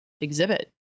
exhibit